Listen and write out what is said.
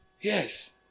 Yes